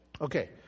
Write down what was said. Okay